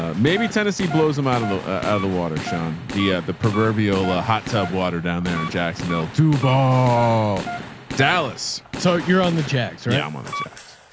ah maybe tennessee blows them out of the ah the water. sean, the, the proverbial, a hot tub water down there in jacksonville, duvall dallas. so you're on the jacks, right? i'm on the checks.